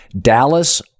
dallas